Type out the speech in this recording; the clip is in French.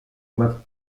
doivent